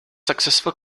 successful